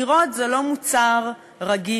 דירות זה לא מוצר רגיל,